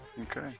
okay